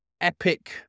epic